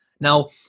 Now